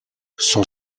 son